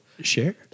share